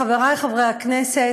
חברי חברי הכנסת,